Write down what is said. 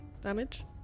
damage